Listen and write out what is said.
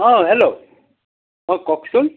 অ hello হয় কওকচোন